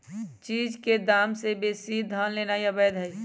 चीज के दाम से बेशी धन लेनाइ अवैध हई